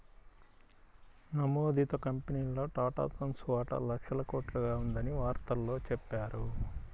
నమోదిత కంపెనీల్లో టాటాసన్స్ వాటా లక్షల కోట్లుగా ఉందని వార్తల్లో చెప్పారు